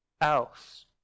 else